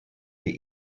die